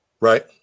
Right